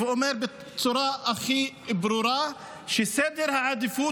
אני אומר בצורה הכי ברורה שסדר העדיפות